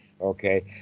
Okay